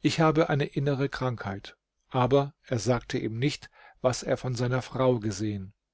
ich habe eine innere krankheit aber er sagte ihm nicht was er von seiner frau gesehen